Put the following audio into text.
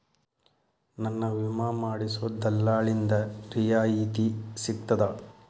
ನನ್ನ ವಿಮಾ ಮಾಡಿಸೊ ದಲ್ಲಾಳಿಂದ ರಿಯಾಯಿತಿ ಸಿಗ್ತದಾ?